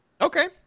okay